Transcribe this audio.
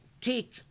take